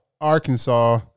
Arkansas